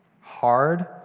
hard